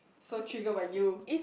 so trigger by you